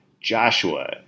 Joshua